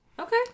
Okay